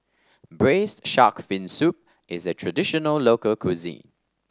Braised Shark Fin Soup is a traditional local cuisine